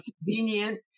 convenient